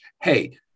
hey